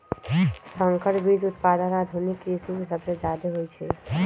संकर बीज उत्पादन आधुनिक कृषि में सबसे जादे होई छई